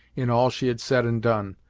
in all she had said and done,